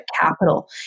capital